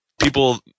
People